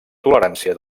tolerància